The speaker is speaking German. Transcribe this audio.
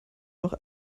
noch